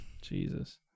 jesus